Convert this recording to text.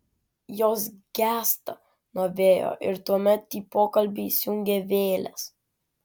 jos gęsta nuo vėjo ir tuomet į pokalbį įsijungia vėlės